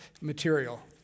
material